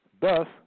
thus